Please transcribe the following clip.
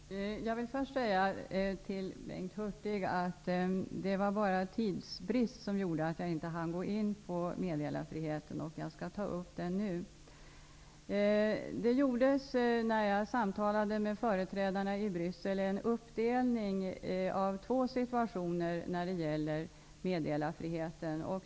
Fru talman! Jag vill först säga till Bengt Hurtig att det bara var tidsbristen som gjorde att jag inte hann gå in på meddelarfriheten. Jag skall nu ta upp den frågan. När jag samtalade med företrädarna i Bryssel gjordes en uppdelning i två situationer när det gäller meddelarfriheten.